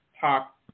talk